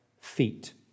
feet